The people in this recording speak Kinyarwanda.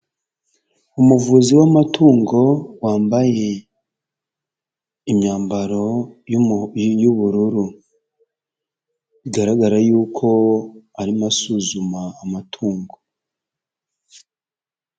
Umuvuzi w'amatungo wambaye imyambaro y'ubururu bigaragara y'uko arimo asuzuma amatungo.